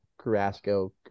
Carrasco